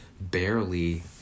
barely